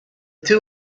two